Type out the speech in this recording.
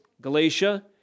Galatia